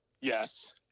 Yes